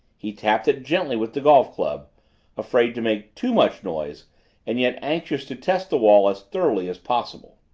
he tapped it gently with the golf club afraid to make too much noise and yet anxious to test the wall as thoroughly as possible.